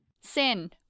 Sin